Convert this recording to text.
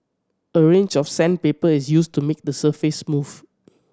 a range of sandpaper is used to make the surface smooth